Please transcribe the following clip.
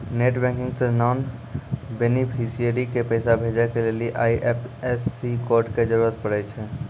net banking से non beneficiary के पैसा भेजै के लेली आई.एफ.एस.सी कोड के जरूरत पड़ै छै